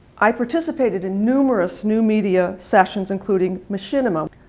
i participated in numerous new media sessions including machinima.